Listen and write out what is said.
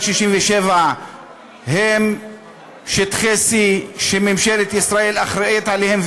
1967 הם שטחי C שממשלת ישראל אחראית להם,